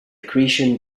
accretion